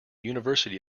university